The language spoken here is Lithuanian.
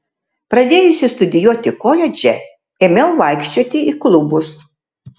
pradėjusi studijuoti koledže ėmiau vaikščioti į klubus